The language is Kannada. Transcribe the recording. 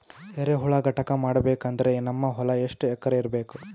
ಎರೆಹುಳ ಘಟಕ ಮಾಡಬೇಕಂದ್ರೆ ನಮ್ಮ ಹೊಲ ಎಷ್ಟು ಎಕರ್ ಇರಬೇಕು?